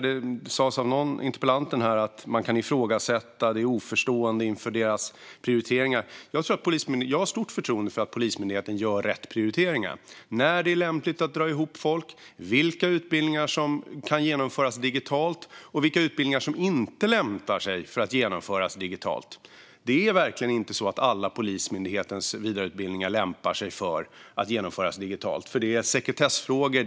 Det sas av interpellanten att man är oförstående inför prioriteringarna och kan ifrågasätta dem. Jag har stort förtroende för att Polismyndigheten gör rätt prioriteringar. Det handlar om när det är lämpligt att dra ihop folk, vilka utbildningar som kan genomföras digitalt och vilka utbildningar som inte lämpar sig för att genomföras digitalt. Det är verkligen inte så att Polismyndighetens alla vidareutbildningar lämpar sig för att genomföras digitalt. Det kan då handla om sekretessfrågor.